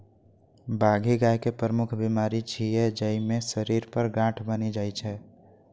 बाघी गाय के प्रमुख बीमारी छियै, जइमे शरीर पर गांठ बनि जाइ छै